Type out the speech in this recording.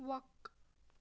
وَق